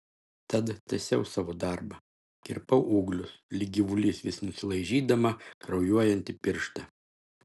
tad tęsiau savo darbą kirpau ūglius lyg gyvulys vis nusilaižydama kraujuojantį pirštą